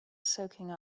soaking